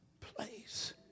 place